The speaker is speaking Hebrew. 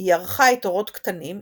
היא ערכה את "אורות קטנים",